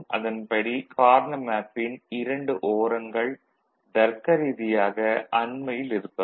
அதன்படி கார்னா மேப்பின் இரண்டு ஓரங்கள் தருக்க ரீதியாக அண்மையில் இருப்பவை